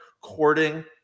courting